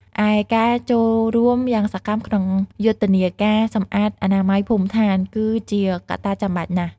ឯការចូលរួមយ៉ាងសកម្មក្នុងយុទ្ធនាការសម្អាតអនាម័យភូមិឋាន គឺជាកត្តាចាំបាច់ណាស់។